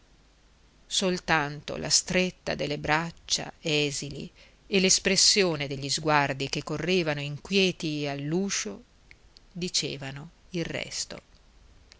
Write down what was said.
soltanto la stretta delle braccia esili e l'espressione degli sguardi che correvano inquieti all'uscio dicevano il resto